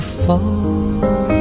fall